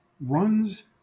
runs